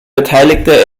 beteiligte